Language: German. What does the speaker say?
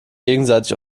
gegenseitig